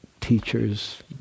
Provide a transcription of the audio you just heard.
teachers